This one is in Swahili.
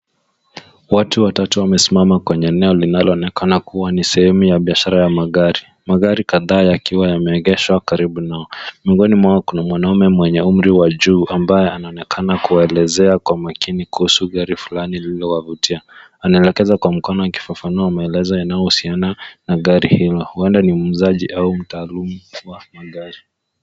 Watu watatu wamesimama kwenye eneo linaloonekana kuwa ni sehemu ya biashara ya magari. Magari kadhaa yakiwa yameegeshwa karibu nao. Miongoni mwao kuna mwanamume mwenye umri wa juu, ambaye anaonekana kuwaelezea kwa umakini kuhusu gari fulani lililowavutia. Anaelekeza kwa mkono ukifafanua maelezo yanayohusiana na gari hilo. Huenda ni muuzaji au mtaalum wa magari.